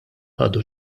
ħadu